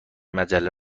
مجله